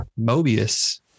Mobius